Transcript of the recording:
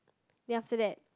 then after that